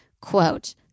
quote